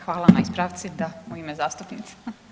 Hvala na ispravci, da u ime zastupnica.